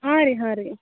ಹಾಂ ರೀ ಹಾಂ ರೀ